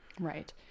Right